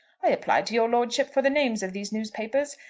i applied to your lordship for the names of these newspapers,